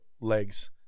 legs